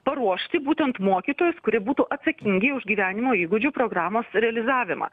paruošti būtent mokytojus kurie būtų atsakingi už gyvenimo įgūdžių programos realizavimą